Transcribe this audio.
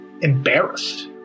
embarrassed